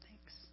Thanks